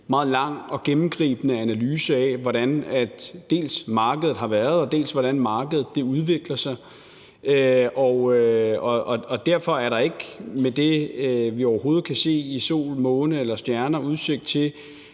meget lang og gennemgribende analyse af, dels hvordan markedet har været, dels hvordan markedet udvikler sig. Derfor er der ikke med det, vi overhovedet kan se i sol, måne eller stjerner, udsigt til,